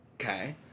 Okay